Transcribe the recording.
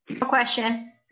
question